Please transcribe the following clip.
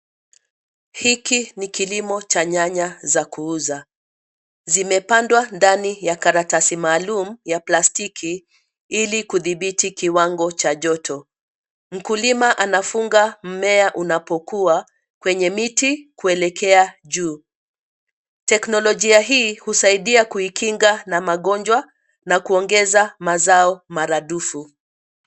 Hiki ni kilimo cha nyanya za kuuza. Zimepandwa ndani ya karatasi maalumu ya plastiki ili kudhibiti kiwango cha joto. Mkulima anafunga mmea unapokua kwenye miti kuelekea juu. Teknolojia hii husaidia kuikinga na magonjwa na kuongeza mazao maradufu.